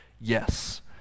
Yes